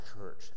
church